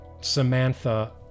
Samantha